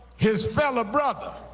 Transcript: his fellow brother.